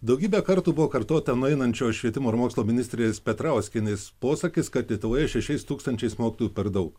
daugybę kartų buvo kartota nueinančio švietimo ir mokslo ministrės petrauskienės posakis kad lietuvoje šešiais tūkstančiais mokytojų per daug